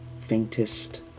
faintest